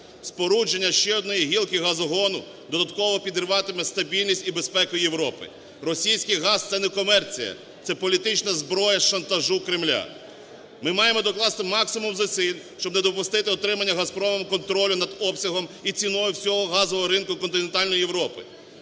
Спорудження ще однієї гілкигазогону додатково підриватиме стабільність і безпеку Європи. Російський газ – це не комерція, це політична зброя шантажу Кремля. Ми маємо докласти максимум зусиль, щоб не допусти отримання "Газпромом" контролю над обсягом і ціною всього газового ринку континентальної Європи.